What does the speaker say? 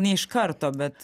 ne iš karto bet